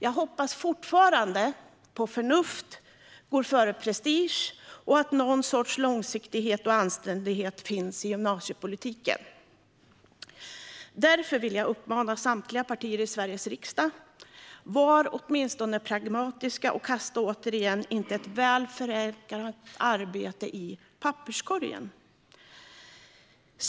Jag hoppas fortfarande att förnuft går före prestige och att någon sorts långsiktighet och anständighet finns i gymnasiepolitiken. Därför vill jag uppmana samtliga partier i Sveriges riksdag: Var åtminstone pragmatiska, och kasta inte återigen ett väl genomfört arbete i papperskorgen!